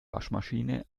waschmaschine